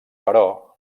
però